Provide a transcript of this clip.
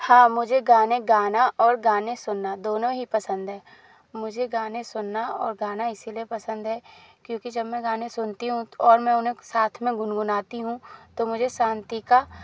हाँ मुझे गाने गाना और गाने सुनना दोनों ही पसंद है मुझे गाने सुनना और गाना इसीलिए पसंद है क्योंकि जब मैं गाने सुनती हूँ और मैं उन्हें साथ में गुनगुनाती हूँ तो मुझे शांति का